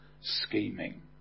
scheming